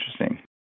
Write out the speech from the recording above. Interesting